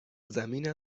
زمین